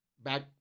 Back